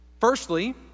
Firstly